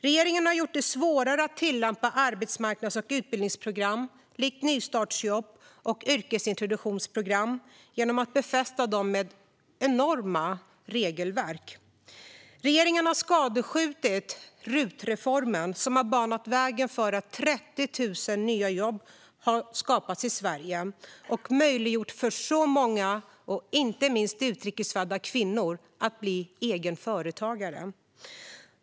Regeringen har gjort det svårare att tillämpa arbetsmarknads och utbildningsprogram, likt nystartsjobb och yrkesintroduktionsprogram, genom att befästa dem med enorma regelverk. Regeringen har skadskjutit RUT-reformen, som har banat väg för 30 000 nya jobb i Sverige och möjliggjort för många, inte minst utrikesfödda kvinnor, att bli egenföretagare.